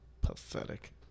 Pathetic